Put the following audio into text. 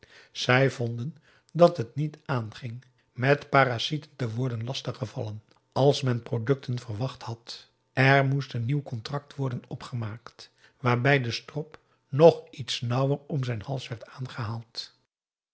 zij vonden dat het niet aanging met parasieten te worden lastig gevallen als men producten verwacht had er moest een nieuw contract worden opgemaakt waarbij de strop nog iets nauwer om zijn hals werd gehaald